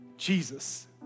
Jesus